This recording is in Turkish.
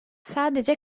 sadece